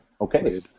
Okay